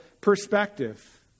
perspective